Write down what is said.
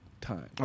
time